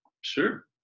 sure